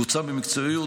בוצעה במקצועיות,